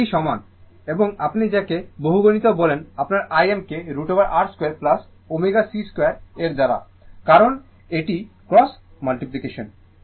এবং এটি সমান এবং আপনি যাকে বহুগুণিত বলেন আপনার Im কে √ ওভার R 2 ω c 2 এর দ্বারা কারণ এটি ক্রস গুণ